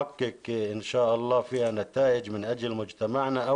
קודם כול למען החברה הערבית.